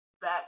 Back